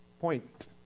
Point